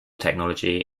technology